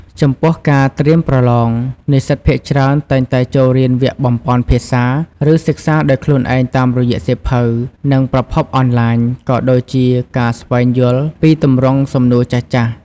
ចំពោះការត្រៀមប្រឡង និស្សិតភាគច្រើនតែងតែចូលរៀនវគ្គបំប៉នភាសា ឬសិក្សាដោយខ្លួនឯងតាមរយៈសៀវភៅ និងប្រភពអនឡាញ ក៏ដូចជាការស្វែងយល់ពីទម្រង់សំណួរចាស់ៗ។